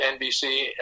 NBC